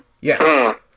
Yes